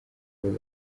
ngo